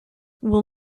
will